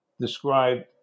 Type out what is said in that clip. described